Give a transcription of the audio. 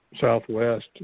Southwest